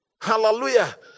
Hallelujah